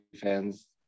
fans